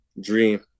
dream